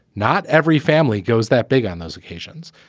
not every family goes that big on those occasions.